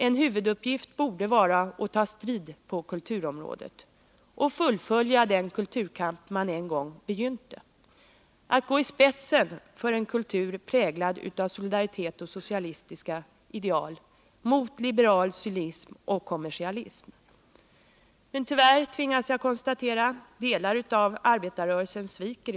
En huvuduppgift borde vara att ta strid på kulturområdet, att fullfölja den kulturkamp man en gång begynte, att gå i spetsen för en kultur präglad av solidaritet och socialistiska ideal mot liberal cynism och kommersialism. Men tyvärr tvingas jag konstatera att delar av arbetarrörelsen sviker.